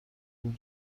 بود